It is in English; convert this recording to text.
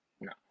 No